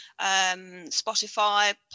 Spotify